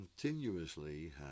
continuously